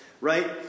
right